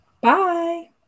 Bye